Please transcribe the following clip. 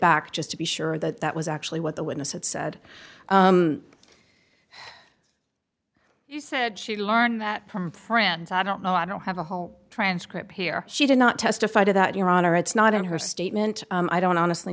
back just to be sure that that was actually what the witness had said she said she learned that from friends i don't know i don't have a whole transcript here she did not testify to that your honor it's not in her statement i don't honestly